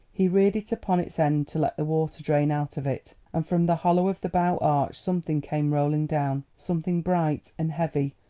he reared it upon its end to let the water drain out of it, and from the hollow of the bow arch something came rolling down, something bright and heavy,